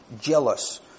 jealous